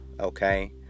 Okay